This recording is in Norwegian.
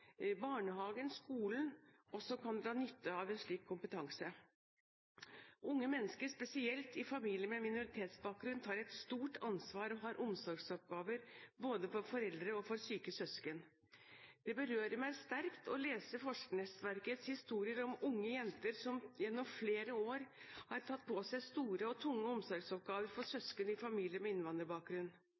barnehagen og skolen, også kan dra nytte av en slik kompetanse. Unge mennesker, spesielt i familier med minoritetsbakgrunn, tar et stort ansvar og har omsorgsoppgaver både for foreldre og for syke søsken. Det berører meg sterkt å lese forskernettverkets historier om unge jenter som gjennom flere år hadde tatt på seg store og tunge omsorgsoppgaver for søsken i familier med innvandrerbakgrunn.